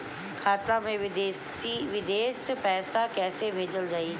खाता से विदेश पैसा कैसे भेजल जाई?